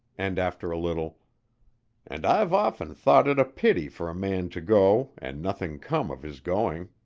and after a little and i've often thought it a pity for a man to go and nothing come of his going.